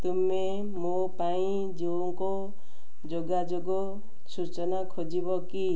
ତୁମେ ମୋ ପାଇଁ ଯୋଉଙ୍କ ଯୋଗାଯୋଗ ସୂଚନା ଖୋଜିବ କି